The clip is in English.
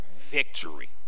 victory